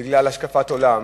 בגלל השקפת עולם,